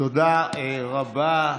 תודה רבה.